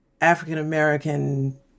African-American